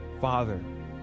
father